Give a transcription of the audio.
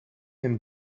him